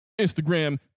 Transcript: Instagram